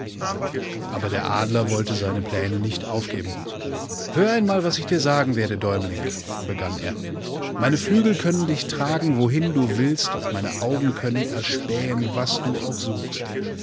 aber der adler wollte seine pläne nicht aufgeben hör einmal was ich dir sagen werde däumling begann er meine flügel können dich tragen wohin du willst und meine augen können erspähen was du auch suchst